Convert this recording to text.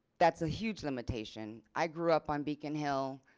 that's a huge limitation. i grew up on beacon hill.